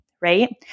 right